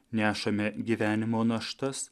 nešame gyvenimo naštas